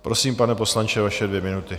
Prosím, pane poslanče, vaše dvě minuty.